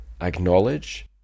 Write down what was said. acknowledge